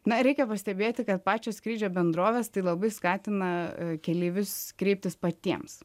na reikia pastebėti kad pačios skrydžio bendrovės tai labai skatina keleivius kreiptis patiems